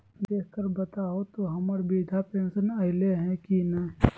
देख कर बताहो तो, हम्मर बृद्धा पेंसन आयले है की नय?